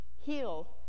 heal